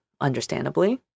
understandably